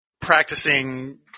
practicing